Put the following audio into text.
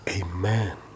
Amen